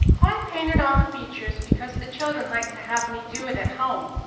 i painted on the features, because the children like to have me do it at home,